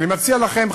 אני מציע לכם,